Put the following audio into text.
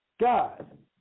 God